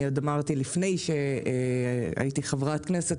אני עוד אמרתי לפני שהייתי חברת כנסת,